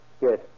Yes